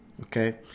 Okay